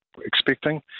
expecting